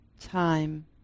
Time